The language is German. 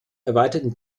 erweiterten